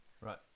Right